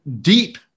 deep